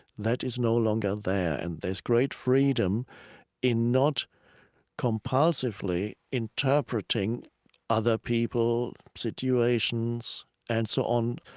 that is no longer there. and there's great freedom in not compulsively interpreting other people, situations, and so on.